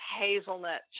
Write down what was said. hazelnut